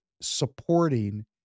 supporting